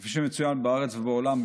כפי שמצוין בארץ ובעולם,